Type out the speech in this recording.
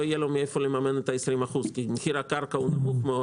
יהיה לו מאיפה לממן את ה-20% כי מחיר הקרקע הוא נמוך מאוד.